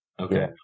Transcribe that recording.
Okay